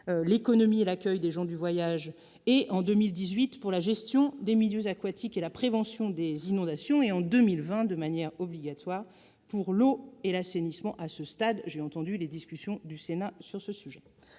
l'économie et l'accueil des gens du voyage ; en 2018, la gestion des milieux aquatiques et la prévention des inondations ; en 2020, de manière obligatoire, l'eau et l'assainissement- j'ai d'ailleurs bien entendu les préoccupations du Sénat à ce sujet.